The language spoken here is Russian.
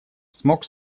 смогла